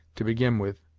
to begin with